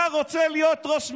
אתה רוצה להיות ראש ממשלה,